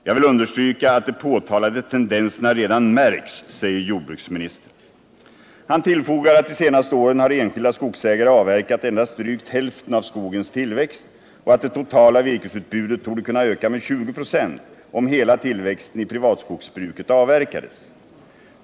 Jag vill understryka att de påtalade tendenserna redan märks.” Jordbruksministern tillfogar att de senaste åren har enskilda skogsägare avverkat endast drygt hälften av skogens tillväxt och att det totala virkesutbudet torde kunna öka med 20 96, om hela tillväxten i privatskogsbruket avverkades.